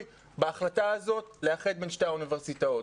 בהחלטה הזאת לאחד בין שתי האוניברסיטאות.